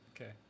Okay